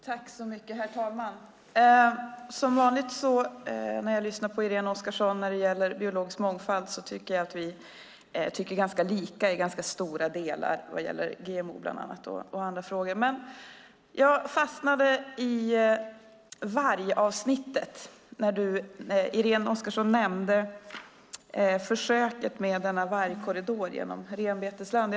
Herr talman! Som vanligt när jag lyssnar på vad Irene Oskarsson säger om biologisk mångfald upplever jag att vi tycker ganska lika i stora delar, bland annat vad gäller GMO. Jag fastnade dock i vargavsnittet. Irene Oskarsson nämnde försöket med en vargkorridor genom renbetesland.